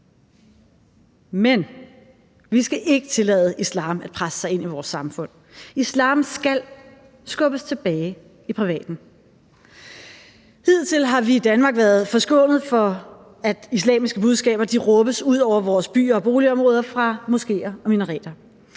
men vi skal ikke tillade islam at presse sig ind i vores samfund. Islam skal skubbes tilbage i privaten. Hidtil har vi i Danmark været forskånet for, at islamiske budskaber råbes ud over vores byer og boligområder fra moskeer og minareter,